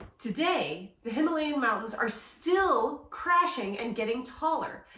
today, the himalayan mountains are still crashing, and getting taller,